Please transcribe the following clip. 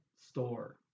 store